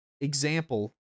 example